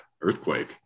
Earthquake